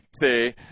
see